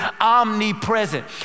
omnipresent